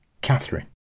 Catherine